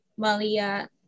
malia